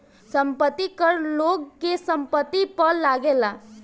संपत्ति कर लोग के संपत्ति पअ लागेला